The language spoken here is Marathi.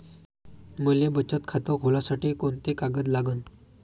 मले बचत खातं खोलासाठी कोंते कागद लागन?